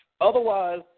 Otherwise